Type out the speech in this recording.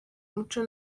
muco